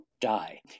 die